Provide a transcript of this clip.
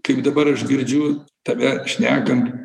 kaip dabar aš girdžiu tave šnekant